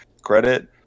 credit